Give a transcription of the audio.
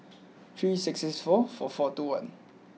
three six six four four four two one